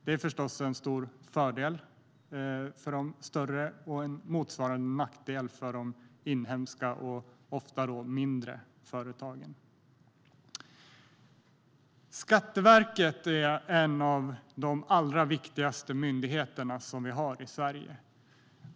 Det är förstås en stor fördel för de större företagen och en motsvarande nackdel för de inhemska och ofta mindre företagen. Skatteverket är en av de allra viktigaste myndigheter som vi har i Sverige.